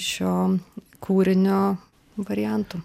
šio kūrinio variantų